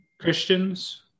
Christians